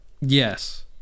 yes